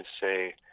say